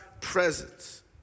presence